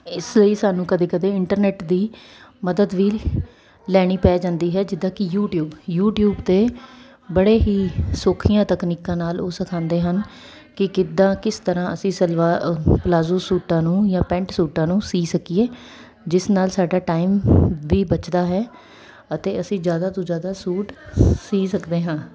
ਇਸ ਲਈ ਸਾਨੂੰ ਕਦੇ ਕਦੇ ਇੰਟਰਨੈਟ ਦੀ ਮਦਦ ਵੀ ਲੈਣੀ ਪੈ ਜਾਂਦੀ ਹੈ ਜਿੱਦਾਂ ਕਿ ਯੂਟਿਊਬ ਯੂਟਿਊਬ 'ਤੇ ਬੜੇ ਹੀ ਸੌਖੀਆਂ ਤਕਨੀਕਾਂ ਨਾਲ ਉਹ ਸਿਖਾਉਂਦੇ ਹਨ ਕਿ ਕਿੱਦਾਂ ਕਿਸ ਤਰ੍ਹਾਂ ਅਸੀਂ ਸਲਵਾ ਪਲਾਜੋ ਸੂਟਾਂ ਨੂੰ ਜਾਂ ਪੈਂਟ ਸੂਟਾਂ ਨੂੰ ਸੀ ਸਕੀਏ ਜਿਸ ਨਾਲ ਸਾਡਾ ਟਾਈਮ ਵੀ ਬਚਦਾ ਹੈ ਅਤੇ ਅਸੀਂ ਜ਼ਿਆਦਾ ਤੋਂ ਜ਼ਿਆਦਾ ਸੂਟ ਸੀ ਸਕਦੇ ਹਾਂ